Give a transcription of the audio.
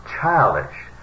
childish